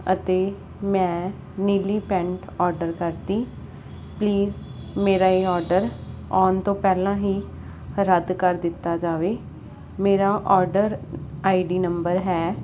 ਅਤੇ ਮੈਂ ਨੀਲੀ ਪੈਂਟ ਆਰਡਰ ਕਰਤੀ ਪਲੀਜ ਮੇਰਾ ਇਹ ਆਰਡਰ ਆਉਣ ਤੋਂ ਪਹਿਲਾਂ ਹੀ ਰੱਦ ਕਰ ਦਿੱਤਾ ਜਾਵੇ ਮੇਰਾ ਆਰਡਰ ਆਈ ਡੀ ਨੰਬਰ ਹੈ